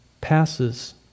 passes